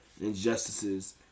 Injustices